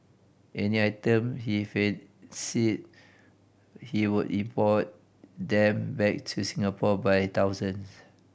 any item he fancied he would import them back to Singapore by thousands